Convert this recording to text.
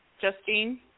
Justine